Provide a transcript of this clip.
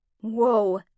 Whoa